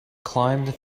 climbed